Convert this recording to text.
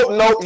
no